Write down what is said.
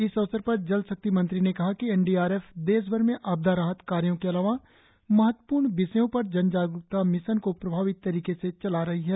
इस अवसर पर जलशक्ति मंत्री ने कहा कि एन डी आर एफ देशभर में आपदा राहत कार्यों के अलावा महत्वपूर्ण विषयों पर जनजागरुकता मिशन को प्रभावी तरीके से चला रही है